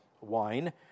wine